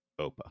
OPA